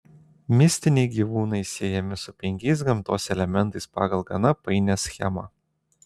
mistiniai gyvūnai siejami su penkiais gamtos elementais pagal gana painią schemą